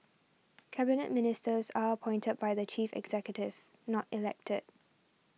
Cabinet Ministers are appointed by the chief executive not elected